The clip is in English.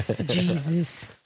jesus